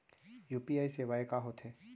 UPI सेवाएं का होथे?